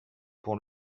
pour